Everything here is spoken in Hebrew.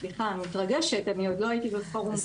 אני מתרגשת, עדיין לא הייתי בפורום כזה.